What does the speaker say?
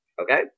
Okay